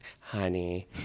honey